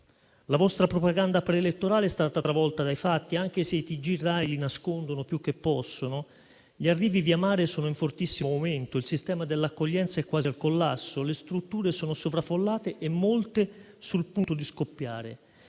La vostra propaganda pre-elettorale è stata travolta dai fatti: anche se i TG RAI li nascondono più che possono, gli arrivi via mare sono in fortissimo aumento, il sistema dell'accoglienza è quasi al collasso, le strutture sono sovraffollate e molte sul punto di scoppiare.